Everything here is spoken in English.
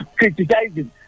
criticizing